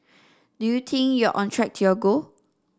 do you think you're on track to your goal